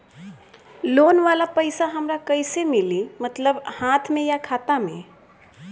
Loan वाला पैसा हमरा कइसे मिली मतलब हाथ में या खाता में?